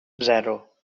zero